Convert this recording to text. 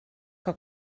que